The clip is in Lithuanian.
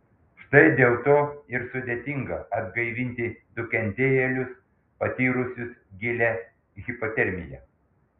štai dėl to ir sudėtinga atgaivinti nukentėjėlius patyrusius gilią hipotermiją